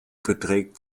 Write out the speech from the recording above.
beträgt